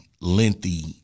lengthy